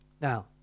Now